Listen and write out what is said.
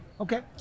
Okay